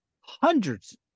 hundreds